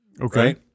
Okay